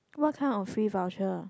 what kind of free voucher